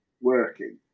working